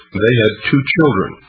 they had two children,